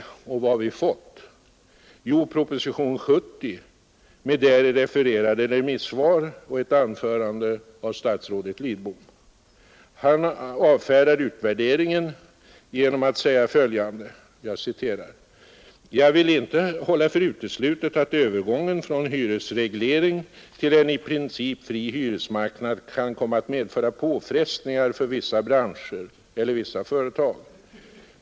Vad har vi fått? Jo, propositionen 70 med däri refererade remissvar och ett anförande av statsrådet Lidbom. Han avfärdar utvärderingen genom att säga följande: ”Jag vill inte hålla för uteslutet att övergången från hyresreglering till en i princip fri hyresmarknad kan komma att medföra påfrestningar för vissa branscher eller vissa företag.